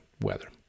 weather